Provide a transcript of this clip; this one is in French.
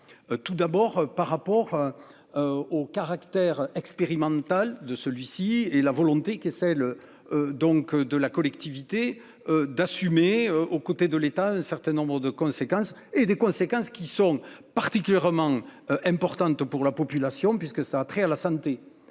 Tout d'abord par rapport. Au caractère expérimental de celui-ci et la volonté qui le. Donc de la collectivité d'assumer. Aux côtés de l'État un certains nombres de conséquences et des conséquences qui sont particulièrement importantes pour la population puisque ça a trait à la santé